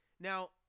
Now